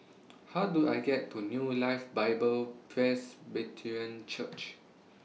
How Do I get to New Life Bible Presbyterian Church